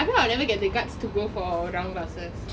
I feel like I'll never ever get the guts to go for round glasses